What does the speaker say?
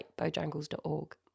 bojangles.org